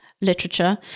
literature